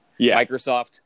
Microsoft